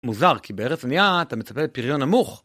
מוזר כי בארץ ענייה אתה מצפה לפריון נמוך.